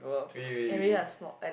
really really really